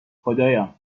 خدایا